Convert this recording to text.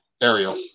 Ariel